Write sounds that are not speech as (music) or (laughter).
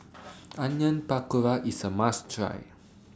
(noise) Onion Pakora IS A must Try